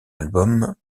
album